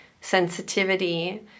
sensitivity